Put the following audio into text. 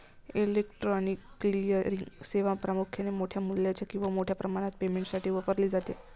electronic clearing सेवा प्रामुख्याने मोठ्या मूल्याच्या किंवा मोठ्या प्रमाणात पेमेंटसाठी वापरली जाते